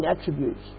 attributes